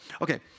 Okay